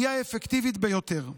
היא האפקטיבית ביותר.